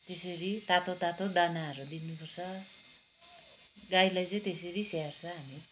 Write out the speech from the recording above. त्यसरी तातो तातो दानाहरू दिनुपर्छ गाईलाई चाहिँ त्यसरी स्याहार्छ हामी